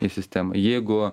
į sistemą jeigu